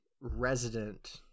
resident